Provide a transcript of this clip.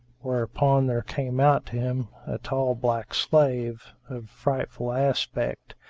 whereupon there came out to him a tall black slave of frightful aspect,